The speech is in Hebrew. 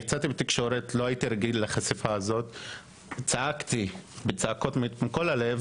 אבל צעקתי מעומק הלב